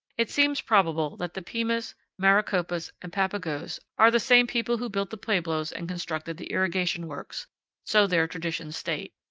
it seems probable that the pimas, maricopas, and papagos are the same people who built the pueblos and constructed the irrigation works so their traditions state.